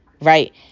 Right